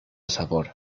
sabor